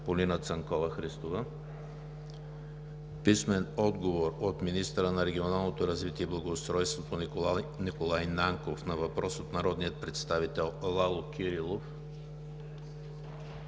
Полина Цанкова-Христова; - министъра на регионалното развитие и благоустройството Николай Нанков на въпрос от народния представител Лало Кирилов;